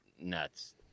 nuts